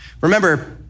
Remember